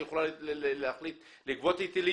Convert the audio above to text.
היא יכולה להחליט לגבות היטלים.